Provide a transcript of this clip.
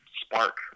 spark